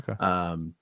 Okay